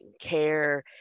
care